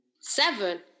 Seven